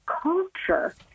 culture